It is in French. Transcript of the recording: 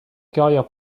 carrière